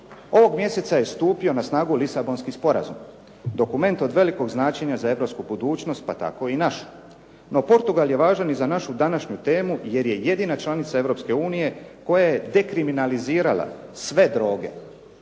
Ovog mjeseca je stupio na snagu Lisabonski sporazum. Dokument od velikog značenja za europsku budućnost pa tako i našu. No Portugal je važan i za našu današnju temu jer je jedina članica EU koja je dekriminalizirala sve droge